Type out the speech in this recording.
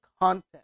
content